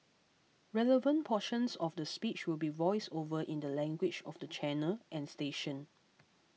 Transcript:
relevant portions of the speech will be voiced over in the language of the channel and station